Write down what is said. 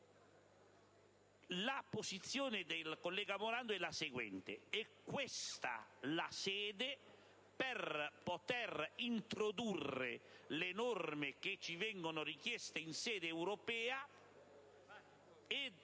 La posizione del collega Morando è la seguente. È questa la sede per poter introdurre le norme che ci vengono richieste in sede europea?